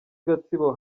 gatsibo